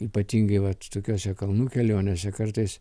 ypatingai vat tokiose kalnų kelionėse kartais